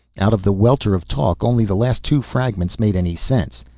out of the welter of talk, only the last two fragments made any sense.